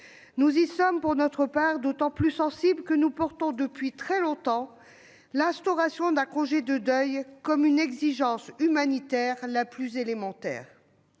Nous y sommes, pour notre part, d'autant plus sensibles que nous défendons depuis très longtemps l'instauration d'un congé de deuil comme une exigence humanitaire parmi les plus élémentaires.